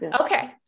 Okay